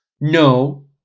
No